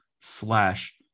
slash